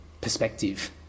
perspective